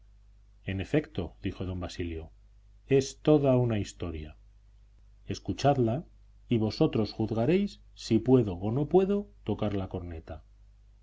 en efecto dijo don basilio es toda una historia escuchadla y vosotros juzgaréis si puedo o no puedo tocar la corneta